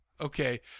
Okay